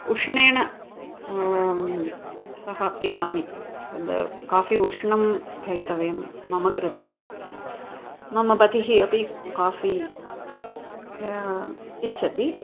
उष्णेन सह पिबामि द् काफ़ि उष्णं भवितव्यं मम कृते मम पतिःअपि काफ़ी इच्छति